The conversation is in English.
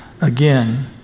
again